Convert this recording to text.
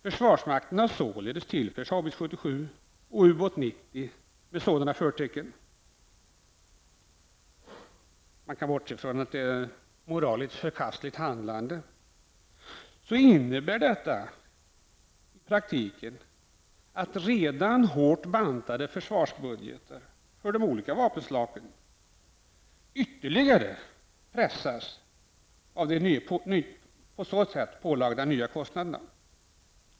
Försvarsmakten har således tillförts Haubits 77 och Ubåt 90 med sådant förfarande. Bortsett från det moraliskt förkastliga i detta beteende innebär förfarandet i praktiken att redan hårt bantade försvarsbudgetar för de olika vapenslagen ytterligare pressas av nya kostnader.